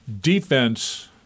defense